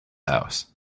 house